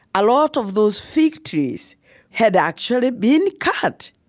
a lot of those fig trees had actually been cut,